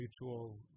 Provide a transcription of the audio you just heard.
mutual